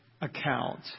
account